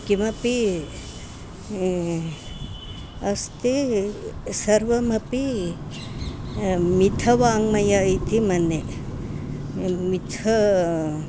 किमपि अस्ति सर्वमपि मिथ्यवाङ्मयम् इति मन्ये मिथ्यम्